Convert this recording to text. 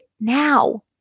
now